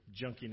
junkiness